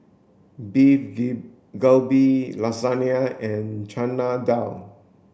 Beef Galbi Lasagne and Chana Dal